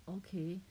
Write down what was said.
okay